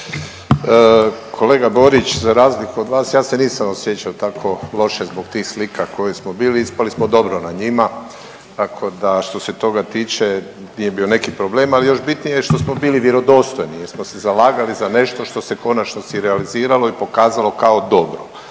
Kolega Borić za razliku od vas ja se nisam osjećao tako loše zbog tih slika koje smo bili, ispali smo dobro na njima tako da što se toga tiče nije neki problem, ali još bitnije što smo bili vjerodostojni jer smo se zalagali za nešto što se u konačnici realiziralo i pokazalo kao dobro.